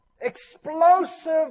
Explosive